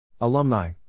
Alumni